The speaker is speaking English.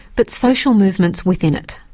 but social movements within it.